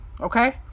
okay